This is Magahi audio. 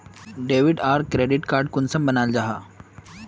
डेबिट आर क्रेडिट कार्ड कुंसम बनाल जाहा?